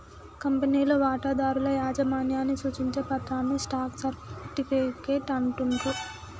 కంపెనీలో వాటాదారుల యాజమాన్యాన్ని సూచించే పత్రాన్నే స్టాక్ సర్టిఫికేట్ అంటుండ్రు